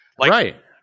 Right